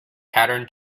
pattern